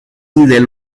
del